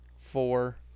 four